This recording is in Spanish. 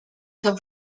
san